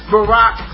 Barack